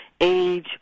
age